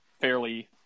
fairly